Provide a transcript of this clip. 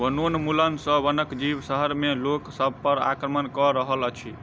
वनोन्मूलन सॅ वनक जीव शहर में लोक सभ पर आक्रमण कअ रहल अछि